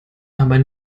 aber